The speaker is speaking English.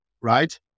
right